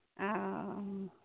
हॅं